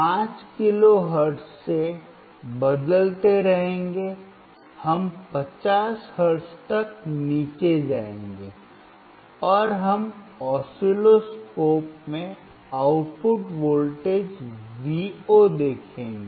हम 5 kilo hertz से बदलते रहेंगे हम 50 हर्ट्ज तक नीचे जाएंगे और हम ऑसिलोस्कोप में आउटपुट वोल्टेज वीओ देखेंगे